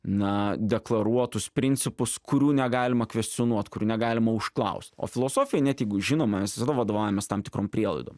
na deklaruotus principus kurių negalima kvestionuot kurių negalima užklaust o filosofija net jeigu žinoma mes visada vadovaujamės tam tikrom prielaidom